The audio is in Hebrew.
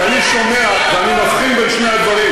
כי אני שומע, ואני מבחין בין שני הדברים.